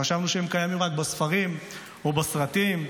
חשבנו שהם קיימים רק בספרים או בסרטים.